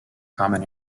common